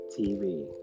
TV